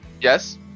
Yes